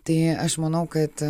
tai aš manau kad